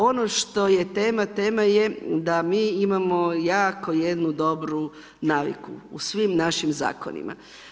Ono što je tema, tema je da mi imamo jako jednu dobru naviku u svim našim zakonima.